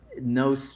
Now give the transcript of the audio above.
No